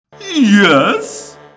Yes